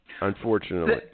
unfortunately